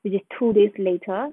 which is two days later